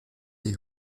the